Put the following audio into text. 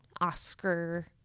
oscar